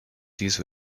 these